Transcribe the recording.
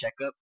checkup